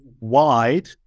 wide